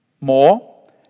More